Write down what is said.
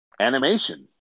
animation